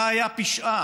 מה היה פשעה?